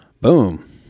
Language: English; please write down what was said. Boom